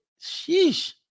sheesh